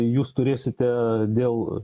jūs turėsite dėl